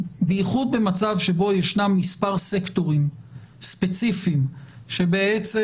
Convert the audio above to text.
בייחוד במצב שבו ישנם מספר סקטורים ספציפיים שבעצם